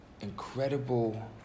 incredible